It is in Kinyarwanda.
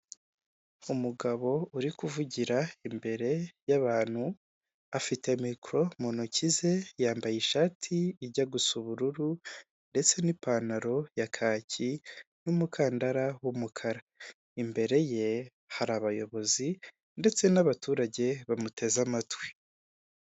Umugabo uri kuvugira imbere y'abantu, afite mikoro mu ntoki ze, yambaye ishati ijya gu gusa ubururu ndetse n'ipantaro ya kaki n'umukandara w'umukara, imbere ye hari abayobozi ndetse n'abaturage bamuteze amatwi.